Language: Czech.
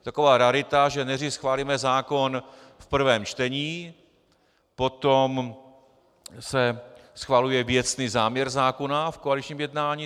Je to taková rarita, že nejdřív schválíme zákon v prvém čtení, potom se schvaluje věcný záměr zákona v koaličním jednání.